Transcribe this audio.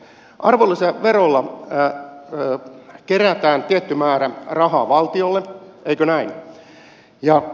arvonlisäverolla kerätään tietty määrä rahaa valtiolle eikö näin